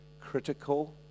critical